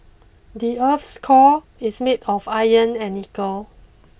the earth's core is made of iron and nickel